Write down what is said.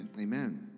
amen